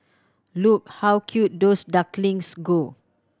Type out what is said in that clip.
look how cute those ducklings go